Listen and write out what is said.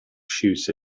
shoes